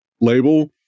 label